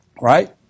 Right